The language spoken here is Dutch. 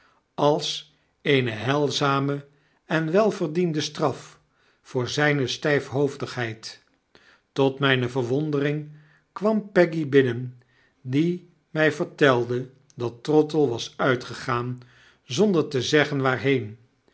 als eene heilzame en welverdiende straf voor zyne stijfhoofdigheid tot myne verwondering kwam peggy binnen die my vertelde dat trottle was uitgegaan zonder te zeggen waarheen